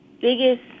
biggest